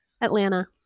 Atlanta